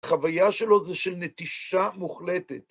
חוויה שלו זה של נטישה מוחלטת.